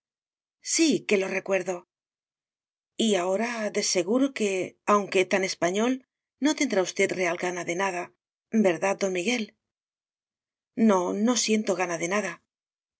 sí que lo recuerdo y ahora de seguro que aunque tan español no tendrá usted real gana de nada verdad don miguel no no siento gana de nada